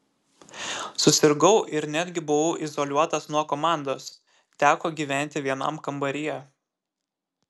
susirgau ir netgi buvau izoliuotas nuo komandos teko gyventi vienam kambaryje